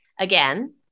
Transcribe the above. Again